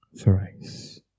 thrice